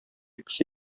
песи